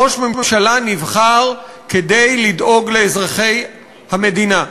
ראש ממשלה נבחר כדי לדאוג לאזרחי המדינה.